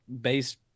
based